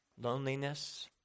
Loneliness